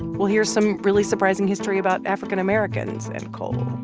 we'll hear some really surprising history about african-americans and coal.